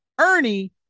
Ernie